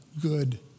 good